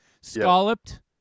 Scalloped